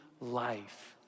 life